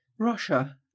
Russia